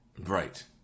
right